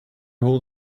hold